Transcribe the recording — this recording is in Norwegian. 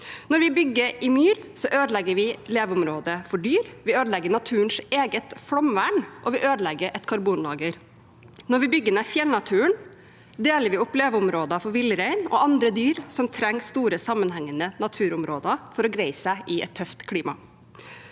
Når vi bygger i myr, så ødelegger vi leveområder for dyr, vi ødelegger naturens eget flomvern, og vi ødelegger et karbonlager. Når vi bygger ned fjellnaturen, deler vi opp leveområder for villrein og andre dyr som trenger store, sammenhengende naturområder for å greie seg i et tøft klima.